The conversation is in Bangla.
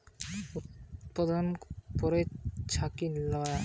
কিট চাষের পদ্ধতির গা কে অউভাবি ছোট করিকি কয়া জাই পারে, প্রথমে উতপাদন, পরে ছাকি লয়া